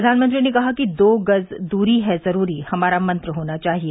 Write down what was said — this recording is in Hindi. प्रधानमंत्री ने कहा कि दो गज दूरी है जरूरी हमारा मंत्र होना चाहिए